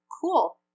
cool